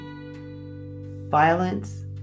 violence